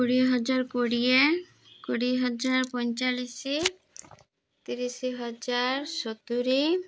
କୋଡ଼ିଏ ହଜାର କୋଡ଼ିଏ କୋଡ଼ିଏ ହଜାର ପଇଁଚାଳିଶି ତିରିଶି ହଜାର ସତୁୁରି